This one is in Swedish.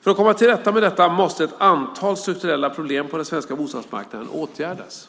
För att komma till rätta med detta måste ett antal strukturella problem på den svenska bostadsmarknaden åtgärdas.